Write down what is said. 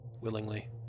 Willingly